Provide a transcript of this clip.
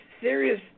serious